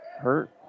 Hurt